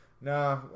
nah